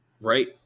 Right